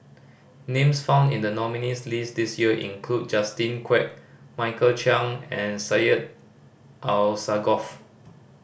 names found in the nominees' list this year include Justin Quek Michael Chiang and Syed Alsagoff